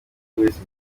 wese